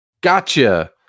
gotcha